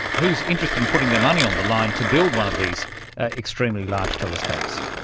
who's interested in putting their money on the line to build one of these extremely large telescopes?